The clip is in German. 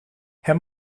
herr